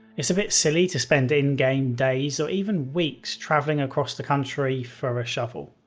it's a bit silly to spend in game days or even weeks travelling across the country for a shovel.